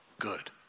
good